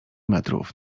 metrów